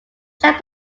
check